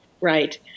right